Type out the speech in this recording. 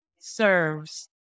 serves